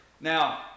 Now